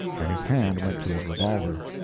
and his hand went to his revolver.